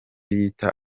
yita